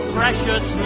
precious